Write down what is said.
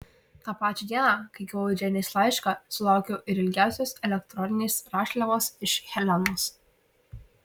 tą pačią dieną kai gavau džeinės laišką sulaukiau ir ilgiausios elektroninės rašliavos iš helenos